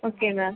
okay ma'am